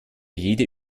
jede